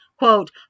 quote